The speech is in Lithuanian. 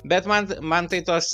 bet man man tai tuos